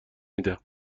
میدم